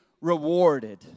rewarded